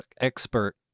expert